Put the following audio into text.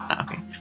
okay